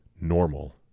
normal